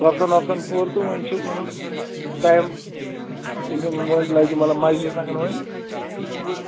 خۄفتن ۄفتن پوٚر تہٕ وۅنۍ چھِ مطلب ٹایم یہِ کیٛاہ وُنۍ لَگہِ مطلب مایِک لَگن وُنۍ